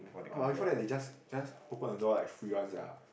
orh before that they just just open the door like free one sia